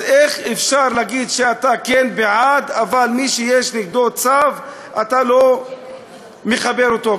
אז איך אפשר להגיד שאתה בעד אבל מי שיש נגדו צו אתה לא מחבר אותו?